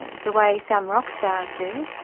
the way some rock stars do.